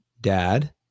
Dad